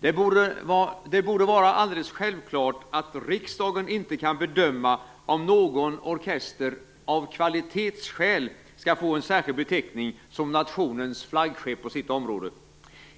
Det borde vara alldeles självklart att riksdagen inte kan bedöma om någon orkester av kvalitetsskäl skall få en särskild beteckning som nationens flaggskepp på sitt område.